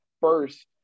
first